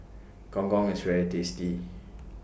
Gong Gong IS very tasty